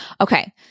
Okay